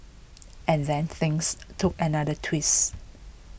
and then things took another twist